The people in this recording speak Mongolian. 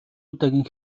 удаагийн